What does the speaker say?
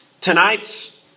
Tonight's